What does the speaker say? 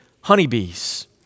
honeybees